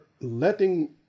letting